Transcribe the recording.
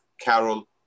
Carol